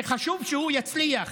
שחשוב שהוא יצליח,